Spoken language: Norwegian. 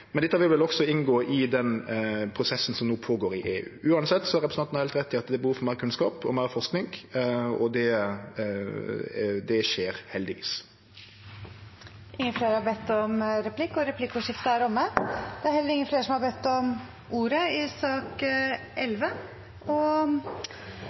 Men dette vil vel også inngå i den prosessen som no går føre seg i EU. Uansett har representanten Grung heilt rett i at det er behov for meir kunnskap og meir forsking, og det skjer heldigvis. Replikkordskiftet er omme. Flere har ikke bedt om